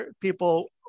people